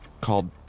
called